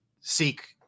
seek